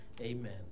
amen